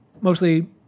Mostly